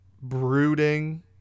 brooding